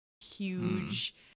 huge